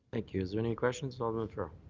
thank you. is there any questions? alderman farrell.